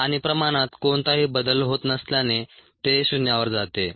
आणि प्रमाणात कोणताही बदल होत नसल्याने ते शून्यावर जाते